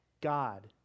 God